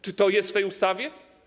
Czy to jest w tej ustawie?